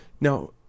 Now